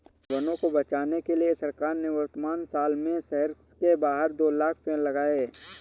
वनों को बचाने के लिए सरकार ने वर्तमान साल में शहर के बाहर दो लाख़ पेड़ लगाए हैं